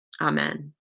Amen